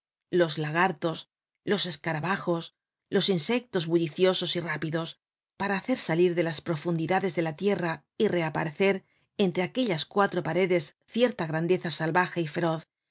los lagartos los escarabajos los insectos bulliciosos y rápidos para hacer salir de las profundidades de la tierra y reaparecer entre aquellas cuatro paredes cierta grandeza salvaje y feroz